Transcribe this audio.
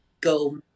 go